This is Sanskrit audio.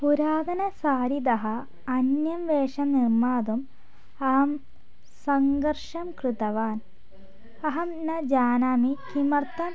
पुरातनसारिदः अन्यं वेषं निर्मातुम् अहं सङ्गर्षं कृतवान् अहं न जानामि किमर्थम्